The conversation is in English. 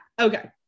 Okay